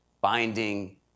binding